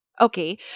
Okay